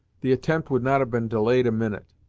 the attempt would not have been delayed a minute.